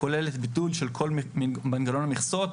כוללת ביטול של כל מנגנון המכסות,